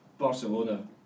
Barcelona